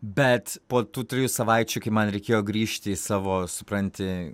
bet po tų trijų savaičių kai man reikėjo grįžti į savo supranti